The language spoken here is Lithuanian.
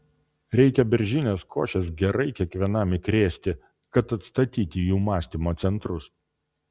reikia beržinės košės gerai kiekvienam įkrėsti kad atstatyti jų mąstymo centrus